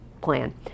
plan